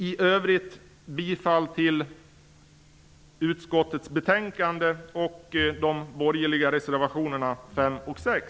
I övrigt yrkar jag bifall till utskottets anmälan och de borgerliga reservationerna 5 och 6.